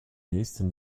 nächsten